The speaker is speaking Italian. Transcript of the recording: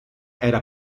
era